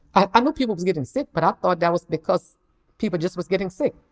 i um know people was getting sick. but i thought that was because people just was getting sick.